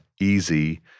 easy